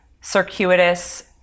circuitous